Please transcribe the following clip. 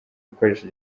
bikoresha